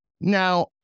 Now